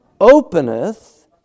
openeth